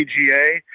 PGA